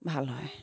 ভাল হয়